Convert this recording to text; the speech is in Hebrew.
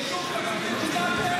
באישור פרקליט המדינה, כן.